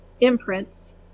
imprints